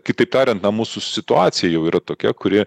kitaip tariant na mūsų situacija jau yra tokia kuri